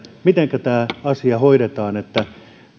mitenkä tämä asia hoidetaan että